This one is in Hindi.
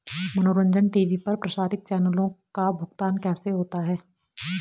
मनोरंजन टी.वी पर प्रसारित चैनलों का भुगतान कैसे होता है?